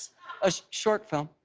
a short film.